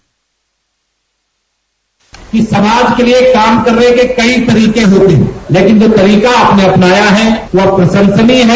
bite समाज के लिये काम करने के कई तरीके होते हैं लेकिन जो तरीका आपने अपनाया है वह प्रशंसनीय है